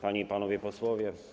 Panie i Panowie Posłowie!